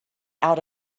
out